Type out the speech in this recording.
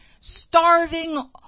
starving